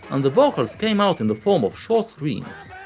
and the vocals came out in the form of short screams.